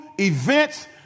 events